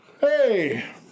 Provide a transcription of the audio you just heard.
Hey